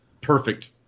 perfect